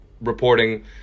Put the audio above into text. reporting